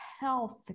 health